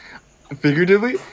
figuratively